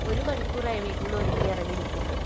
ഒരു മണിക്കൂറായി വീട്ടില് നിന്ന് ഒരുങ്ങി ഇറങ്ങി നിൽക്കുന്നു